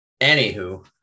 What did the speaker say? Anywho